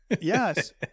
Yes